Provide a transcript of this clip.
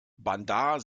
bandar